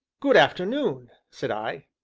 good afternoon! said i.